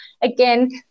again